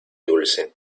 dulce